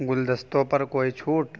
گلدستوں پر کوئی چھوٹ